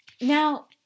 Now